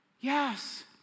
Yes